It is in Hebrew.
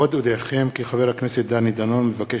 עוד אודיעכם כי חבר הכנסת דני דנון מבקש